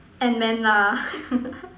Ant Man lah